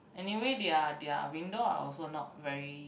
anyway their their window are also not very